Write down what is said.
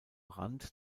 rand